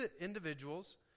individuals